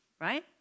right